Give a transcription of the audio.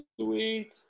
Sweet